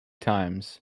times